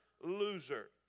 loser